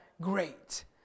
great